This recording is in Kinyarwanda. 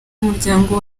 umuryango